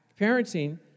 parenting